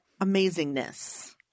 amazingness